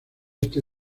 este